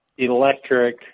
Electric